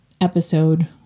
episode